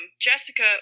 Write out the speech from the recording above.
Jessica